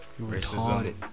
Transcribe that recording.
racism